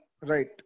Right